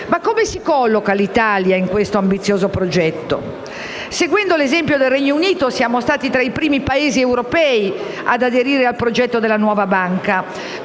Ma come si colloca l'Italia in questo ambizioso progetto? Seguendo l'esempio del Regno Unito, siamo stati tra i primi Paesi europei ad aderire al progetto della nuova banca,